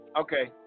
Okay